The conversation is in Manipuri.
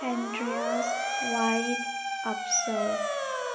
ꯍꯦꯟꯗ꯭ꯔꯤꯌꯥꯁ ꯋꯥꯏꯠ ꯑꯞꯁꯦꯜ